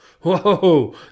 Whoa